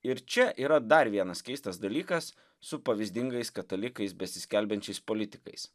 ir čia yra dar vienas keistas dalykas su pavyzdingais katalikais besiskelbiančiais politikais